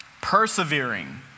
Persevering